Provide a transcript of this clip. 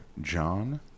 John